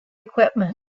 equipment